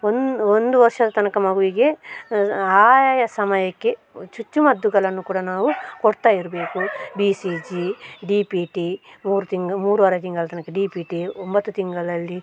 ಒಂದು ಒಂದು ವರ್ಷದ ತನಕ ಮಗುವಿಗೆ ಆಯಾಯ ಸಮಯಕ್ಕೆ ಚುಚ್ಚು ಮದ್ದುಗಳನ್ನು ಕೂಡ ನಾವು ಕೊಡ್ತಾ ಇರಬೇಕು B C G D P T ಮೂರು ತಿಂಗ್ಳು ಮೂರುವರೆ ತಿಂಗಳ ತನಕ ಡಿ ಪಿ ಟಿ ಒಂಬತ್ತು ತಿಂಗಳಲ್ಲಿ